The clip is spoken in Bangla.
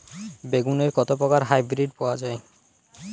বেগুনের কত প্রকারের হাইব্রীড পাওয়া যায়?